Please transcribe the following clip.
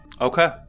Okay